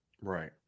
Right